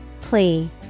Plea